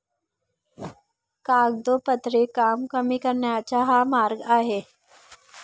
कागदोपत्री काम कमी करण्याचा हा मार्ग आहे